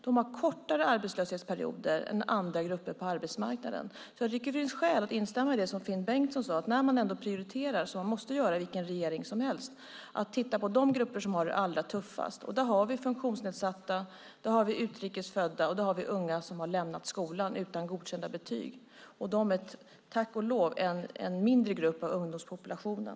De har kortare arbetslöshetsperioder än andra grupper på arbetsmarknaden. Jag tycker att det finns skäl att instämma i det som Finn Bengtsson sade, att när man ändå prioriterar, vilket vilken regering som helst måste göra, ska man titta på de grupper som har det allra tuffast. Där har vi funktionsnedsatta, utrikes födda och unga som har lämnat skolan utan godkända betyg, och de är, tack och lov, en mindre grupp av ungdomspopulationen.